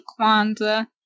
Kwanzaa